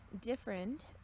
different